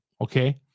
okay